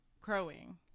crowing